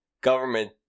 Government